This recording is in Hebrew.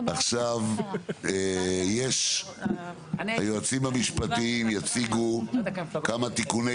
עכשיו יש היועצים המשפטיים יציגו כמה תיקוני